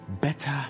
better